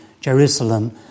Jerusalem